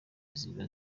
ziba